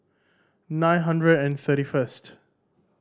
nine hundred and thirty first